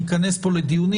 ניכנס פה לדיונים,